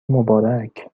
مبارک